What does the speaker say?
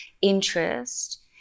interest